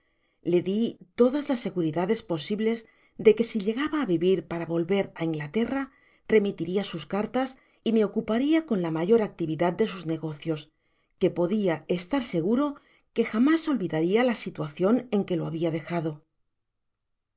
le di todas las seguridades posibles de que si llegaba á vivir para volver á inglaterra remitiria sus cartas y me ocuparia con la mayor actividad de sus negocios que podia estar segure que jamás olvidarla la situacion en que lo habia dejado